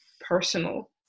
personal